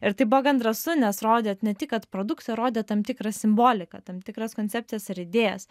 ir tai buvo gan drąsu nes rodėt ne tik kad produkciją rodė tam tikrą simboliką tam tikras koncepcijas ir idėjas